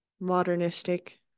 modernistic